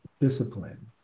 discipline